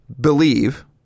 believe